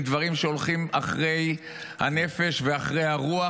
עם דברים שהולכים אחרי הנפש ואחרי הרוח